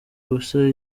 gusa